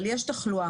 אבל יש תחלואה.